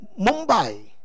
Mumbai